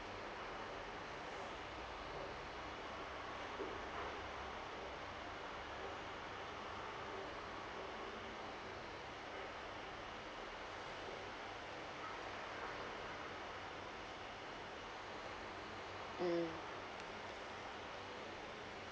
mm